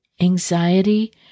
anxiety